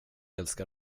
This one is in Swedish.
älskar